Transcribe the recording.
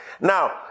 Now